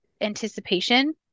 anticipation